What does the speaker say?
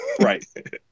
Right